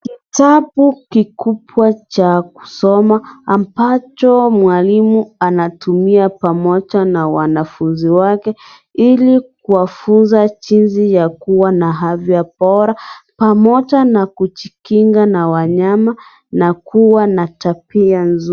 Kitabu kubwa cha kusoma ambacho mwalimu anatumia pamoja na wanafunzi wake. Ili kuwafunza jinsi ya kuwa na afya bora. Pamoja na kujikinga na wanyama na kuwa na tabia nzuri.